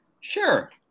Sure